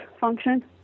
function